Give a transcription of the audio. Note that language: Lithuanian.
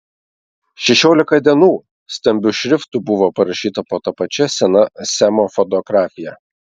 šešiolika dienų stambiu šriftu buvo parašyta po ta pačia sena semo fotografija